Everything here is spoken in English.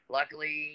Luckily